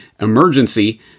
Emergency